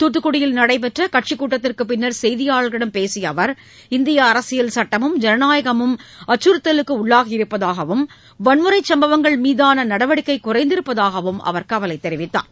தூத்துக்குடியில் நடைபெற்ற கட்சிக் கூட்டத்திற்குப் பின்னர் செய்தியாளர்களிடம் பேசிய அவர் இந்திய அரசியல் சட்டமும் ஜனநாயகமும் அச்சுறுத்தலுக்கு உள்ளாகியிருப்பதாகவும் வன்முறைச் சம்பவங்கள்மீதான நடவடிக்கை குறைந்திருப்பதாகவும் அவர் கவலை தெரிவித்தார்